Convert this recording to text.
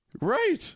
Right